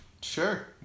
Sure